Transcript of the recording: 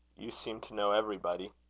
you seem to know everybody.